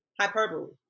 Hyperbole